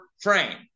frame